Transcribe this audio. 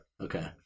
Okay